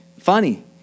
funny